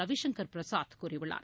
ரவிசங்கர் பிரசாத் கூறியுள்ளார்